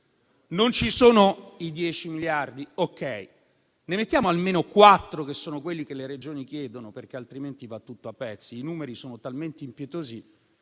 Non ci sono i 10 miliardi? Okay, ma ne mettiamo almeno quattro, cioè quelli che le Regioni chiedono, altrimenti va tutto a pezzi? I numeri sono talmente impietosi